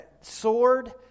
sword